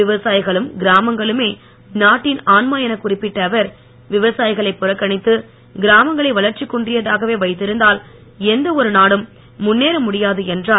விவசாயிகளும் கிராமங்களுமே நாட்டின் ஆன்மா எனக் குறிப்பிட்ட அவர் விவசாயிகளைப் புறக்கணித்து கிராமங்களை வளர்ச்சிக் குன்றியதாகவே வைத்திருந்தால் எந்த ஒரு நாடும் முன்னேற முடியாது என்றார்